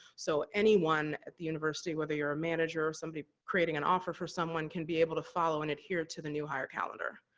so, anyone at the university, whether you're a manager or somebody creating an offer for someone can be able to follow and adhere to the new hire calendar.